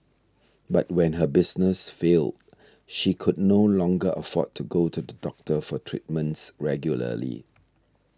but when her business failed she could no longer afford to go to the doctor for treatments regularly